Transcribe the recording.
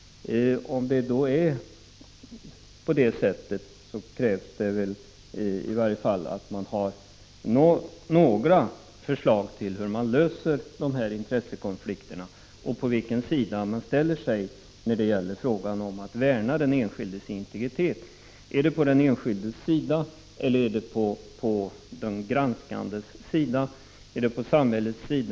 Om så är fallet krävs väl i varje fall att man har några förslag till hur man löser dessa intressekonflikter. På vilken sida ställer man sig? Är det på den enskildes sida eller är det på de granskandes sida? Värnar man om den enskildes integritet eller om samhällets intressen?